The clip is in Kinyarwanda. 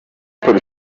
muri